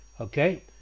Okay